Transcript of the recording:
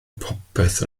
popeth